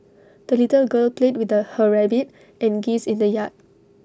the little girl played with A her rabbit and geese in the yard